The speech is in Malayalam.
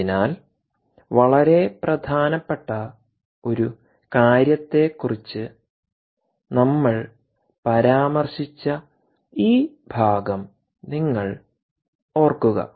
അതിനാൽ വളരെ പ്രധാനപ്പെട്ട ഒരു കാര്യത്തെക്കുറിച്ച് നമ്മൾ പരാമർശിച്ച ഈ ഭാഗം നിങ്ങൾ ഓർക്കുക